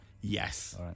Yes